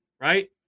right